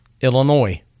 Illinois